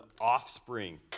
offspring